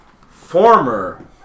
former